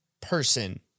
person